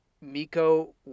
miko